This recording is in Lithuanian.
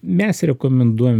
mes rekomenduojam